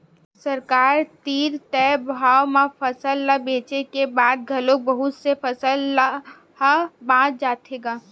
सरकार तीर तय भाव म फसल ल बेचे के बाद घलोक बहुत से फसल ह बाच जाथे गा